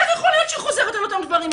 איך יכול להיות שהיא חוזרת על אותם דברים,